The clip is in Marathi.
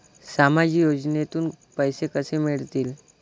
सामाजिक योजनेतून पैसे कसे मिळतील?